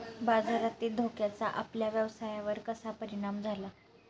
बाजारातील धोक्याचा आपल्या व्यवसायावर कसा परिणाम झाला?